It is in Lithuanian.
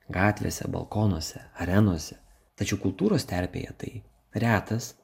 gatvėse balkonuose arenose tačiau kultūros terpėje tai retas